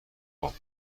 قاب